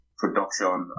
production